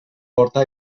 porta